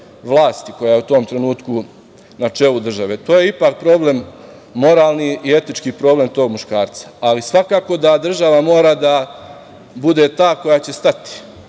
vlasti koja je u tom trenutku na čelu države, to je ipak problem moralni i etički problem tog muškarca, ali svakako da država mora da bude ta koja će stati